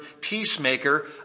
peacemaker